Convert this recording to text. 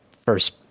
first